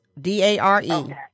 d-a-r-e